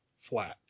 flat